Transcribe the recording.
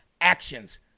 actions